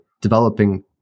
developing